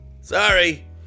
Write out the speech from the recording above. Sorry